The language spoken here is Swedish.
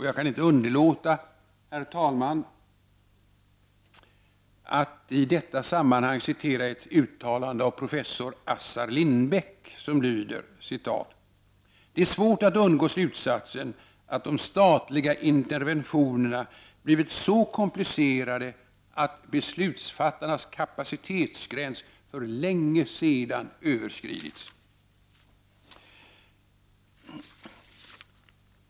Jag kan inte underlåta, herr talman, att i detta sammanhang citera ett uttalande av professor Assar Lindbeck som lyder: ”Det är svårt att undgå slutsatsen att de statliga interventionerna blivit så komplicerade att beslutsfattarnas kapacitetsgräns för länge sedan överskridits”.